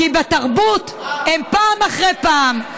כי בתרבות הם פעם אחרי פעם,